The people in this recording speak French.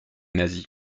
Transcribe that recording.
nazis